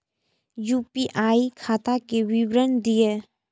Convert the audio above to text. UPI खाता के विवरण दिअ?